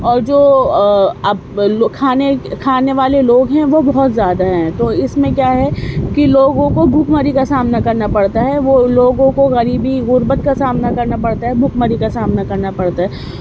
اور جو اب لوگ کھانے والے لوگ ہیں وہ بہت زیادہ ہیں تو اس میں کیا ہے کہ لوگوں کو بھوک مری کا سامنا کرنا پڑتا ہے وہ لوگوں کو غریبی غربت کا سامنا کرنا پڑتا ہے بھوک مری کا سامنا کرنا پڑتا ہے